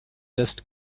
just